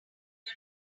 get